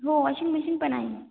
हो washing machine पण आहे